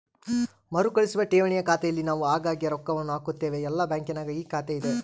ಮರುಕಳಿಸುವ ಠೇವಣಿಯ ಖಾತೆಯಲ್ಲಿ ನಾವು ಆಗಾಗ್ಗೆ ರೊಕ್ಕವನ್ನು ಹಾಕುತ್ತೇವೆ, ಎಲ್ಲ ಬ್ಯಾಂಕಿನಗ ಈ ಖಾತೆಯಿದೆ